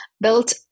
built